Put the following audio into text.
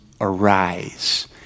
arise